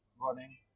running